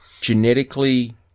Genetically